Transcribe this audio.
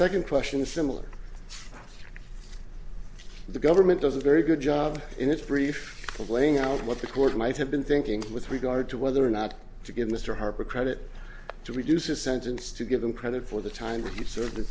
second question is similar the government doesn't very good job in its brief of laying out what the court might have been thinking with regard to whether or not to give mr harper credit to reduce his sentence to give him credit for the time he served in